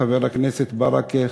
חבר הכנסת ברכה,